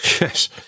Yes